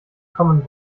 common